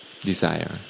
Desire